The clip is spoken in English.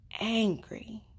angry